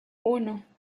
uno